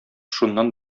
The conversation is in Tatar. шуннан